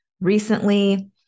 recently